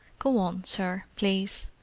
go on, sir, please.